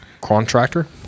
Contractor